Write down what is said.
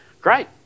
Great